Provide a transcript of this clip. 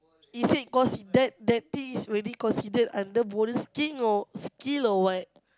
is it considered that thing is already considered under bowling sking or skill or what